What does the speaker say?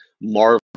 Marvel